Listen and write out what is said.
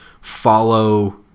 follow